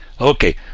Okay